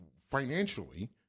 financially